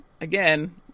again